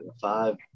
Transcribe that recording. five